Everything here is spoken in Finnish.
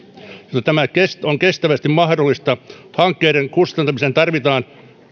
jotta tämä on kestävästi mahdollista hankkeiden kustantamiseen tarvitaan